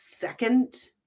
second